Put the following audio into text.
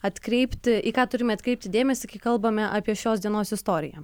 atkreipti į ką turime atkreipti dėmesį kai kalbame apie šios dienos istoriją